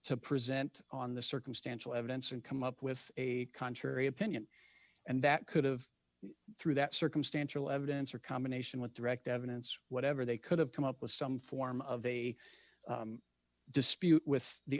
to present on the circumstantial evidence and come up with a contrary opinion and that could have through that circumstantial evidence or combination with direct evidence whatever they could have come up with some form of a dispute with the